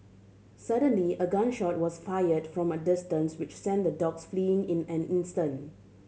suddenly a gun shot was fired from a distance which sent the dogs fleeing in an instant